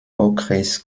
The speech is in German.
okres